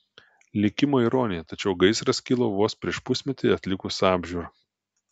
likimo ironija tačiau gaisras kilo vos prieš pusmetį atlikus apžiūrą